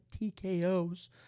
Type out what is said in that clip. TKO's